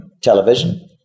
television